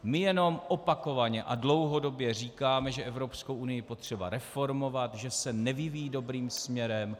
My jenom opakovaně a dlouhodobě říkáme, že Evropskou unii je potřeba reformovat, že se nevyvíjí dobrým směrem.